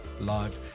Live